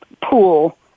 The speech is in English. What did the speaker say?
pool